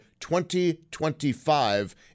2025